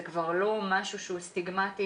זה כבר לא משהו שהוא סטיגמתי.